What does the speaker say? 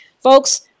Folks